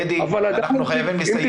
אדי, אנחנו חייבים לסיים.